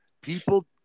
people